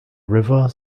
river